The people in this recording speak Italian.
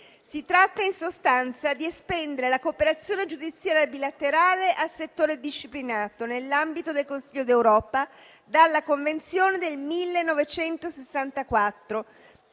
Si tratta, in sostanza, di estendere la cooperazione giudiziaria bilaterale al settore disciplinato, nell'ambito del Consiglio d'Europa, dalla Convenzione del 1964